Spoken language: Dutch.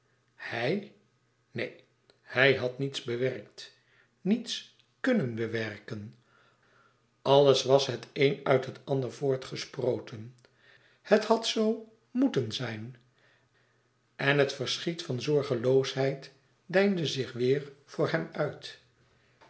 hij neen hij had niets bewerkt niets kunnen bewerken alles was het een uit het ander voortgesproten het had zoo moeten zijn en het verschiet van zorgeloosheid deinde zich weêr voor hem uit